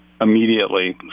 immediately